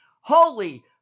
Holy